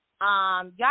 Y'all